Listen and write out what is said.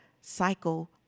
Cycle